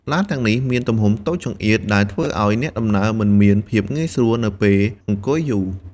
ឡានទាំងនេះមានទំហំតូចចង្អៀតដែលធ្វើឱ្យអ្នកដំណើរមិនមានភាពងាយស្រួលនៅពេលអង្គុយយូរ។